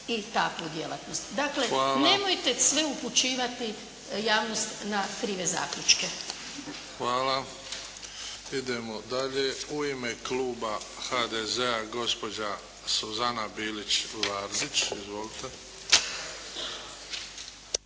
i takvu djelatnost. Dakle, nemojte sve upućivati javnost na krive zaključke. **Bebić, Luka (HDZ)** Hvala. Idemo dalje. U ime kluba HDZ-a, gospođa Suzana Bilić Vardić. Izvolite.